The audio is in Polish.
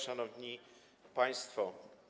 Szanowni Państwo!